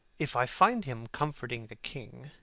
if i find him comforting the king,